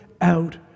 out